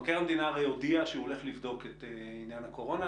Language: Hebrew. מבקר המדינה הרי הודיע שהוא הולך לבדוק את עניין הקורונה,